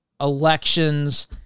elections